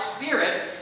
spirit